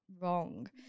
wrong